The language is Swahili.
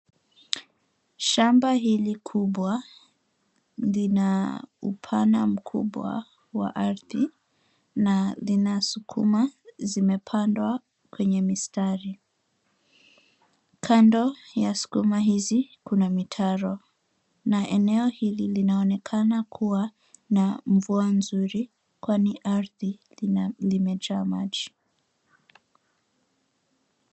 Shamba hili kubwa, lina upana mkubwa wa ardhi na lina sukuma zimepandwa kwenye mistari. Kando ya sukuma hizi, kuna mitaro, na eneo hili linaonekana kuwa na mvua nzuri kwani ardhi limejaa maji.